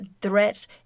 threats